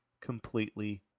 completely